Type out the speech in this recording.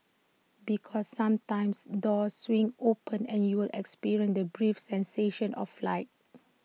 because sometimes doors swing open and you'll experience the brief sensation of flight